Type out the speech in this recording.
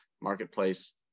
marketplace